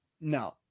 no